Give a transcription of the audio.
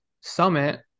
summit